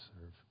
serve